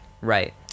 Right